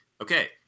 okay